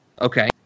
Okay